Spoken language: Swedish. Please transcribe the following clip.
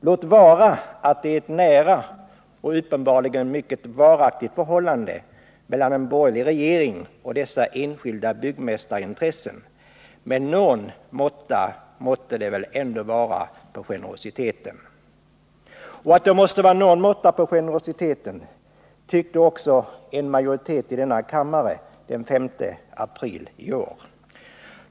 Låt vara att det är ett nära och uppenbarligen mycket varaktigt förhållande mellan en borgerlig regering och dessa enskilda byggmästarintressen, men någon måtta måste det väl ändå vara på generositeten. Att det måste vara någon måtta på generositeten tyckte också en majoritet i denna kammare den 5 april i år.